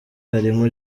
harimo